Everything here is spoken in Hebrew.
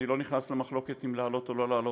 אני לא נכנס למחלוקת אם לעלות או לא לעלות.